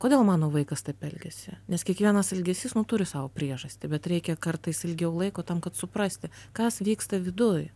kodėl mano vaikas taip elgiasi nes kiekvienas elgesys nu turi savo priežastį bet reikia kartais ilgiau laiko tam kad suprasti kas vyksta viduj